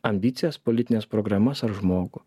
ambicijas politines programas ar žmogų